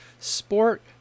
sport